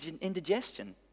indigestion